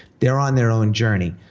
they're on their own journey.